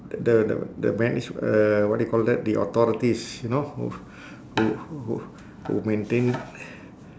the the the manage uh what you call that the authorities you know who who who who maintain